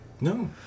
No